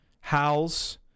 Howl's